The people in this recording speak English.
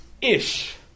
ish